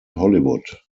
hollywood